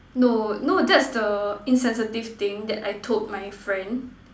no no that's the insensitive thing that I told my friend